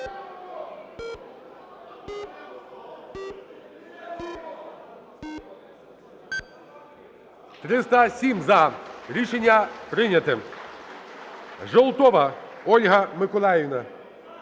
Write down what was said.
За-307 Рішення прийнято. Желтова Ольга Миколаївна.